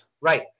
Right